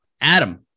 Adam